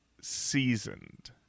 seasoned